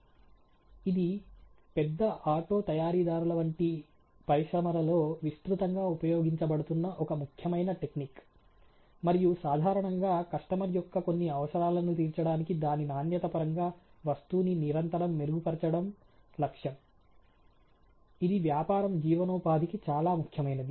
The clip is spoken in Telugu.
ఇది పెద్ద ఆటో తయారీదారుల వంటి పరిశ్రమలలో విస్తృతంగా ఉపయోగించబడుతున్న ఒక ముఖ్యమైన టెక్నిక్ మరియు సాధారణంగా కస్టమర్ యొక్క కొన్ని అవసరాలను తీర్చడానికి దాని నాణ్యత పరంగా వస్తువుని నిరంతరం మెరుగుపరచడం లక్ష్యం ఇది వ్యాపారం జీవనోపాధికి చాలా ముఖ్యమైనది